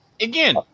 Again